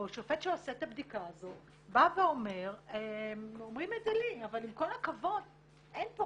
או שופט שעושה את הבדיקה הזו בא ואומר --- אבל עם כל הכבוד אין פה